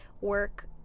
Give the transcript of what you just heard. work